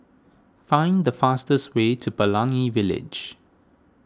find the fastest way to Pelangi Village